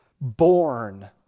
born